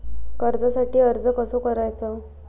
कर्जासाठी अर्ज कसो करायचो?